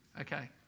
okay